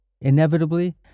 Inevitably